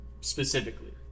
specifically